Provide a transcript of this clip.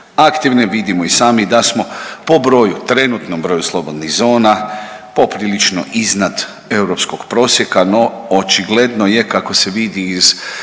aktivne, vidimo i sami da smo po broju, trenutnom broju slobodnih zona poprilično iznad europskog prosjeka, no očigledno je kako se vidi iz